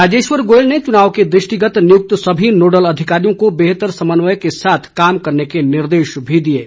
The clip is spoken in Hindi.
राजेश्वर गोयल ने चुनाव के दृष्टिगत नियुक्त सभी नोडल अधिकारियों को बेहतर समन्वय के साथ कार्य करने के निर्देश भी दिए है